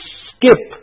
skip